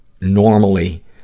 normally